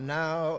now